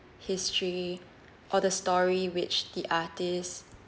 history or the story which the artist